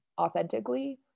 authentically